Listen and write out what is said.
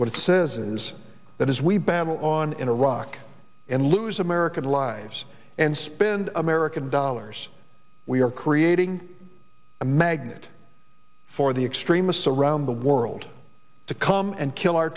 what it says is that as we battle on in iraq and lose american lives and spend american dollars we are creating a magnet for the extremists around the world to come and kill our